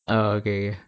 oh okay